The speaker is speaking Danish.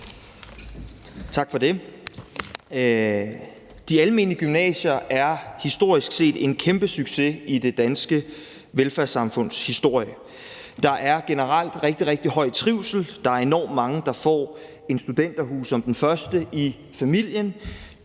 Tak for det. De almene gymnasier er historisk set en kæmpe succes i det danske velfærdssamfunds historie. Der er generelt rigtig høj trivsel. Der er enormt mange, der får en studenterhue som den første i familien.